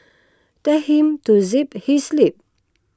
tell him to zip his lip